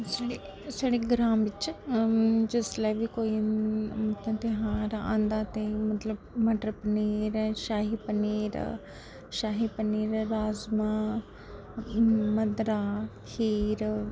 साढ़े ग्रांऽ बिच्च जिसलै बी कोई ध्यार आंदा ते मटर पनीर ऐ शाही पनीर ऐ राजमां मद्दरा खीर